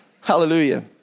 Hallelujah